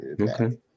Okay